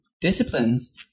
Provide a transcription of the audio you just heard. disciplines